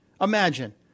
Imagine